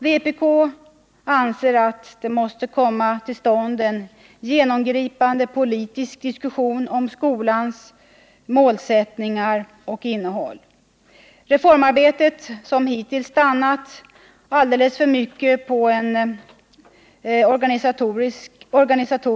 Vpk anser att det måste komma till stånd en genomgripande politisk diskussion om skolans målsättningar och innehåll. Reformarbetet har hittills stannat alltför mycket på en organisatorisk nivå.